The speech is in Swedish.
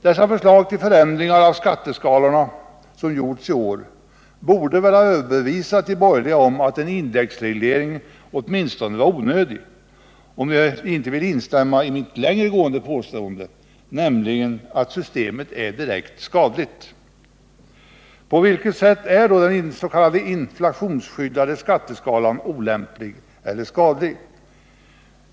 De förslag till förändringar av skatteskalorna som framlagts i år borde väl ha överbevisat de borgerliga om att en indexreglering åtminstone var onödig, om de inte vill instämma i mitt längre gående påstående, nämligen att systemet är direkt skadligt. På vilket sätt är då den s.k. inflationsskyddade skatteskalan olämplig eller skadlig?